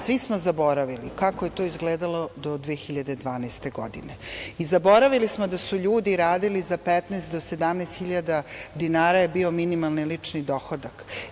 Svi smo zaboravili i kako je to izgledalo 2012. godine i zaboravili smo da su ljudi radili za 15.000 do 17.000 dinara je bio minimalni lični dohodak.